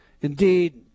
Indeed